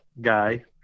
guy